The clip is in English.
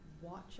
watch